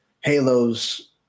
Halo's